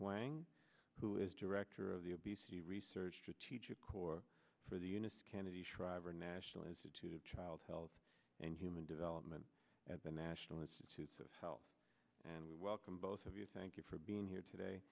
lang who is director of the obesity research strategic core for the eunice kennedy shriver national institute of child health and human development at the national institutes of health and we welcome both of you thank you for being here today